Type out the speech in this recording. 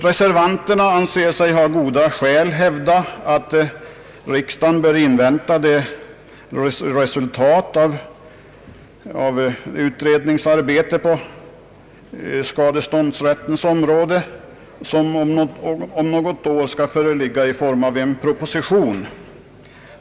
Reservanterna anser sig ha goda skäl hävda att riksdagen bör invänta resultatet av utredninger rörande skadeståndsrätten, som om något år skall föreligga i form av en proposition.